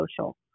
social